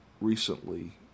recently